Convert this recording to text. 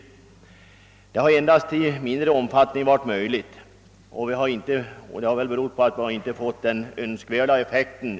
Detta har dock endast i mindre omfattning varit möjligt, och det har cäl berott på att lokaliseringspolitiken inte har fått den önskvärda effekten.